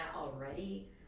already